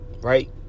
Right